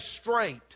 straight